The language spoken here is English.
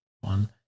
one